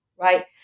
right